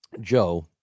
Joe